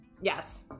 Yes